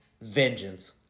vengeance